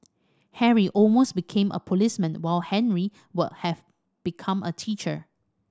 harry almost became a policeman while Henry would have become a teacher